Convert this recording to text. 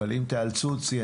אבל אם תיאלצו אותי,